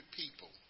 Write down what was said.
people